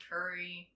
Curry